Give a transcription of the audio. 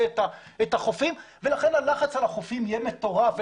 את החופים ולכן הלחץ על החופים יהיה מטורף.